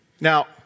Now